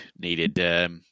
needed